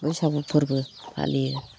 बैसागु फोरबो फालियो